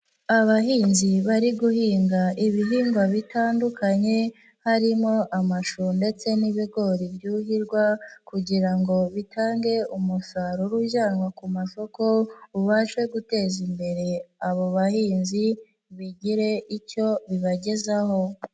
Abahinzi bari guhinga ibihingwa bitandukanye, harimo amashu ndetse n'ibigori byuhirwa kugira ngo bitange umusaruro ujyanwa ku masoko, ubashe guteza imbere abo bahinzi bigire icyo bibagezaho.